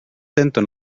tento